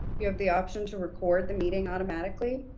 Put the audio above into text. you have the option to record the meeting automatically,